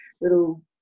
little